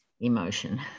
emotion